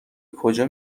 کجا